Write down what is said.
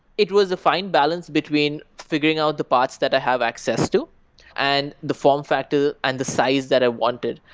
it was a fine balance between figuring out the parts that i have access to and the form factor and the size that i wanted.